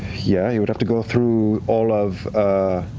yeah. he would have to go through all of